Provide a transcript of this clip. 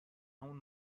همون